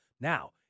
Now